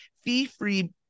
fee-free